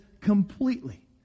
completely